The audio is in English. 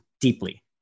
deeply